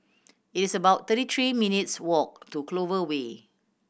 it's about thirty three minutes' walk to Clover Way